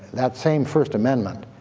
that same first amendment,